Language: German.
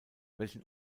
welchen